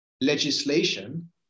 legislation